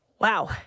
Wow